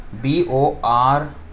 B-O-R